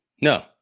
No